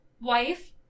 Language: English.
wife